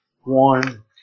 one